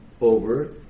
over